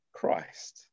Christ